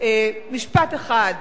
משפט אחד,